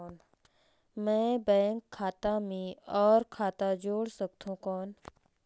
मैं बैंक खाता मे और खाता जोड़ सकथव कौन?